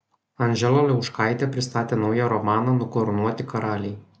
anžela liauškaitė pristatė naują romaną nukarūnuoti karaliai